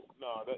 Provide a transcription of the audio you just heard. No